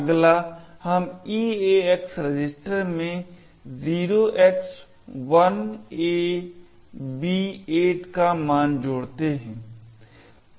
अगला हम EAX register में 0x1AB8 का मान जोड़ते हैं